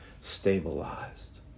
stabilized